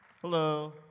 Hello